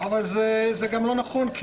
זה גם לא נכון.